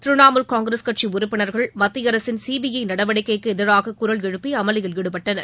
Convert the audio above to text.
Trinamool Congress கட்சி உறுப்பினர்கள் மத்திய அரசின் சிபிஐ நடவடிக்கைக்கு எதிராக குரல் எழுப்பி அமளியில் ஈடுபட்டனர்